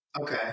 Okay